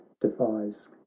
Defies